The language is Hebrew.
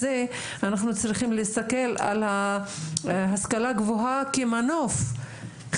כמו למשל אנחנו צריכים להתעסק בצרכים שהם לא רק ביטוי